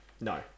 No